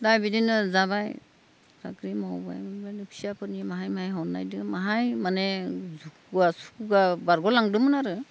दा बिदिनो जाबाय साख्रि मावबाय फिसाफोरनि माहाय माहाय हरनायजों माहाय माने दुखुआ सुखुआ बारग' लांदोंमोन आरो